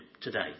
today